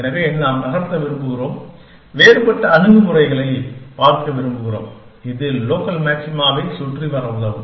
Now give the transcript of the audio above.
எனவே நாம் நகர்த்த விரும்புகிறோம் வேறுபட்ட அணுகுமுறைகளைப் பார்க்க விரும்புகிறோம் இது லோக்கல் மாக்சிமாவைச் சுற்றி வர உதவும்